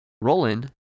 Roland